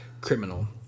Criminal